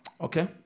Okay